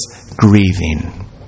grieving